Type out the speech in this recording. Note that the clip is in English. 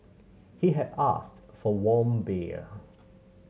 he had asked for warm beer